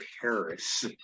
Paris